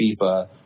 FIFA